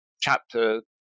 chapter